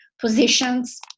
positions